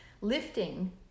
lifting